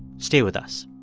stay with us